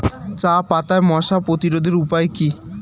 চাপাতায় মশা প্রতিরোধের উপায় কি?